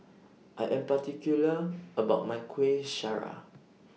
I Am particular about My Kueh Syara